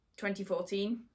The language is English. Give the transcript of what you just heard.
2014